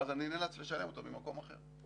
ואז אני נאלץ לשלם אותו ממקום אחר.